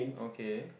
okay